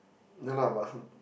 ya lah but